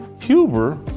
Huber